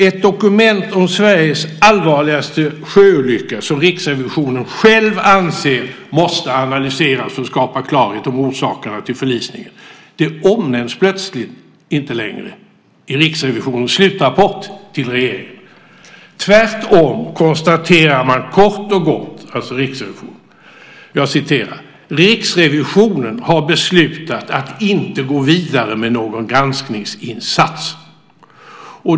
Ett dokument om Sveriges allvarligaste sjöolycka som Riksrevisionen själv anser måste analyseras för att skapa klarhet om orsakerna till förlisningen omnämns plötsligt inte längre i Riksrevisionens slutrapport till regeringen. Tvärtom konstaterar man kort och gott att "Riksrevisionen har beslutat att inte gå vidare med någon granskningsinsats".